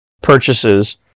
purchases